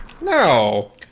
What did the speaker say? no